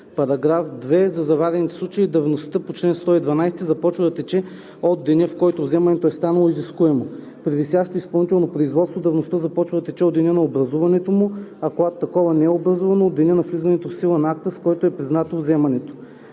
вид: „За заварените случаи давността по чл. 112 започва да тече от деня, в който вземането е станало изискуемо. При висящо изпълнително производство давността започва да тече от първото действие по изпълнението, а когато такова не е образувано, от деня на влизане в сила на акта, с който е признато вземането.“